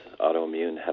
autoimmune